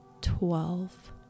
twelve